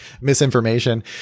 misinformation